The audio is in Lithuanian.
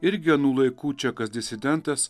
irgi anų laikų čekas disidentas